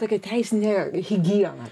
tokia teisinė higiena